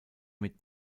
mit